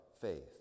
faith